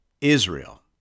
Israel